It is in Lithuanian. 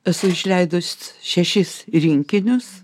esu išleidus šešis rinkinius